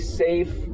safe